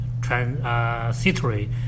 transitory